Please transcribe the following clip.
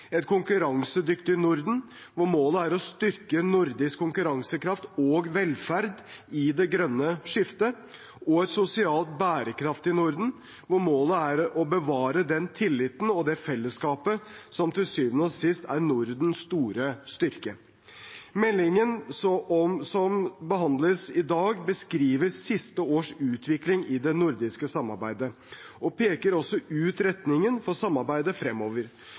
Et konkurransedyktig Norden, hvor målet er å styrke nordisk konkurransekraft og velferd i det grønne skiftet Et sosialt bærekraftig Norden, hvor målet er å bevare den tilliten og det fellesskapet som til syvende og sist er Nordens store styrke Meldingen som behandles i dag, beskriver siste års utvikling i det nordiske samarbeidet, og peker også ut retningen for samarbeidet fremover.